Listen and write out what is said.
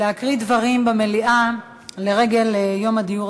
להקריא דברים במליאה לרגל יום הדיור.